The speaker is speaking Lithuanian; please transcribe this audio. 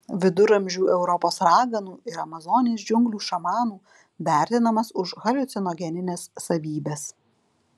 viduramžių europos raganų ir amazonės džiunglių šamanų vertinamas už haliucinogenines savybes